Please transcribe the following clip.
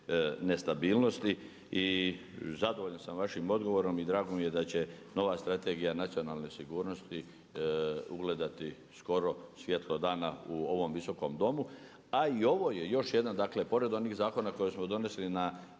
nestabilnosti. I zadovoljan sam sa vašim odgovorom i drago mi je da će nova Strategija nacionalne sigurnosti ugledati skoro svjetlo dana u ovom Visokom domu. A i ovo je još jedan, dakle pored onih zakona koje smo donijeli na